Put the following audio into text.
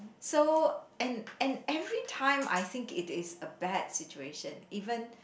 so and and every time I think it is a bad situation even